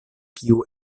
kiu